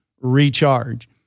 recharge